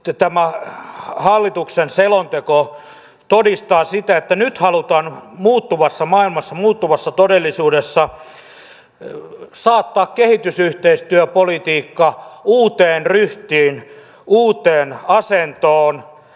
tämä hallituksen selonteko todistaa sitä että nyt halutaan muuttuvassa maailmassa muuttuvassa todellisuudessa saattaa kehitysyhteistyöpolitiikka uuteen ryhtiin uuteen asentoon